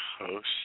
host